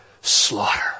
slaughter